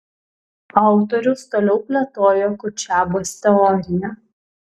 autorius toliau plėtojo kutšebos teoriją